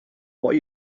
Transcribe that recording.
what